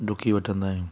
ॾुकी वठंदा आहियूं